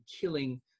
killing